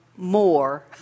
more